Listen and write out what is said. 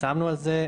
פרסמנו את זה,